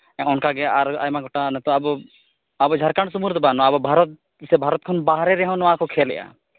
ᱚᱱᱠᱟ ᱜᱮ ᱟᱨ ᱟᱭᱢᱟ ᱜᱚᱴᱟᱱ ᱟᱵᱚ ᱟᱵᱚ ᱡᱷᱟᱲᱠᱷᱚᱸᱰ ᱥᱩᱢᱩᱝ ᱨᱮᱫᱚ ᱵᱟᱝ ᱱᱚᱣᱟ ᱟᱵᱚ ᱵᱷᱟᱨᱚᱛ ᱥᱮ ᱵᱷᱟᱨᱚᱛ ᱠᱷᱚᱱ ᱵᱟᱦᱨᱮ ᱨᱮᱦᱚᱸ ᱱᱚᱣᱟ ᱠᱚ ᱠᱷᱮᱹᱞᱮᱜᱼᱟ